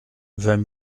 vingt